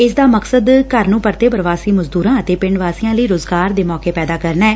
ਇਸ ਦਾ ਮਕਸਦ ਘਰ ਨੰ ਪਰਤੇ ਪ੍ਰਵਾਸੀ ਮਜ਼ਦੂਰਾਂ ਅਤੇ ਪਿੰਡ ਵਾਸੀਆਂ ਲਈ ਰੋਜ਼ਗਾਰ ਦੇ ਮੌਕੇ ਪੈਦਾ ਕਰਨਾ ਐ